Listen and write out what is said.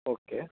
okay